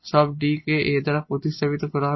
সব D কে a দ্বারা প্রতিস্থাপিত করা হবে